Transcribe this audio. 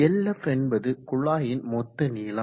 Lf என்பது குழாயின் மொத்த நீளம்